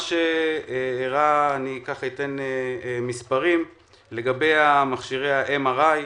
אני אתן נתונים לגבי מכשיר ה-MRI.